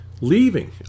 leaving